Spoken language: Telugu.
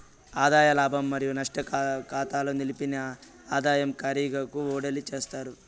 ఆదాయ లాభం మరియు నష్టం కాతాల నిలిపిన ఆదాయ కారిగాకు ఓడిలీ చేస్తారు